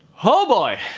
oh boy,